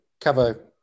cover